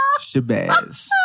Shabazz